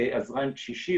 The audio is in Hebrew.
בעזרה עם קשישים,